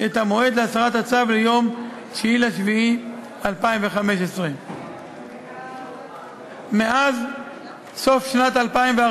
את המועד להסרת הצו ליום 9 ביולי 2015. מאז סוף שנת 2014